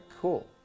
cool